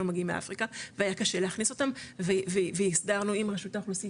מגיעים מאפריקה והיה קשה להכניס אותם והסדרנו עם רשות האוכלוסין